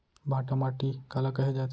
भांटा माटी काला कहे जाथे?